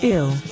Ill